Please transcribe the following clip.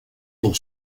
pour